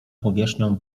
powierzchnią